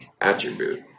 attribute